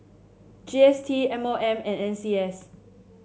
G S T M O M and N C S